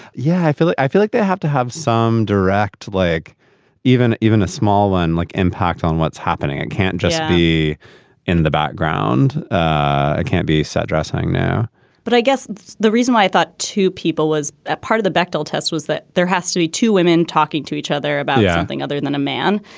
yeah. i feel like i feel like they have to have some direct like even even a small one like impact on what's happening and can't just be in the background i can't be straszheim now but i guess the reason why i thought to people was that part of the bexell test was that there has to be two women talking to each other about yeah anything other than a man.